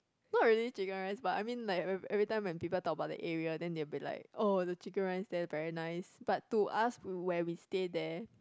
not really chicken rice but I mean like every time when people talk about the area then they will be like oh the chicken rice there very nice but to us where we stay there